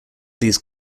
these